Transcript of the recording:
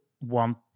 want